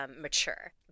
mature